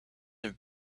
have